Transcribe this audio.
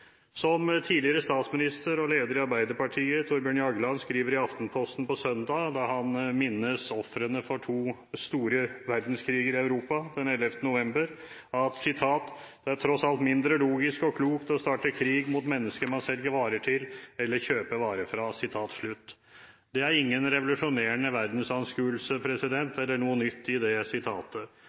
Tidligere statsminister og leder i Arbeiderpartiet, Thorbjørn Jagland, skriver i Aftenposten på søndag den 11. november, da han minnes ofrene for to store verdenskriger i Europa: «Det er tross alt mindre logisk og klokt å starte krig mot mennesker man selger varer til eller kjøper varer fra.» Det er ingen revolusjonerende verdensanskuelse eller noe nytt i det sitatet.